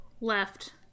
left